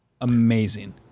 amazing